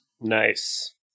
Nice